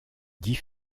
dix